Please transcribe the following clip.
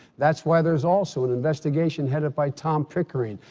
that's why there's also an investigation headed by tom pickering,